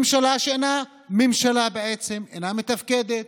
ממשלה שאינה ממשלה, בעצם, אינה מתפקדת.